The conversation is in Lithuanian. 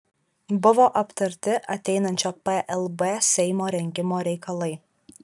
buvo aptarti ateinančio plb seimo rengimo reikalai